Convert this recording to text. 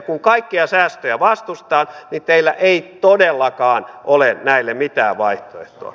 kun kaikkia säästöjä vastustetaan niin teillä ei todellakaan ole näille mitään vaihtoehtoa